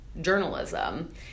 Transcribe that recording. journalism